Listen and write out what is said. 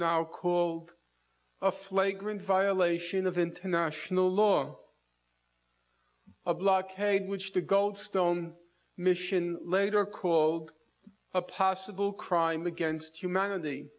now call a flagrant violation of international law a blockade which the goldstone mission later called a possible crime against humanity